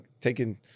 taking